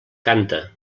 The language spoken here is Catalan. canta